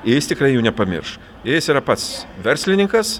jis tikrai jų nepamirš jis yra pats verslininkas